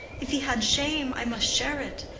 if he had shame, i must share it.